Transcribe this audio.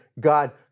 God